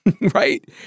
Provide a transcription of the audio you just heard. right